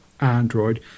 Android